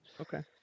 Okay